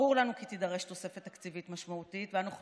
ברור לנו כי תידרש תוספת תקציבית משמעותית, ואנחנו